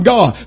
God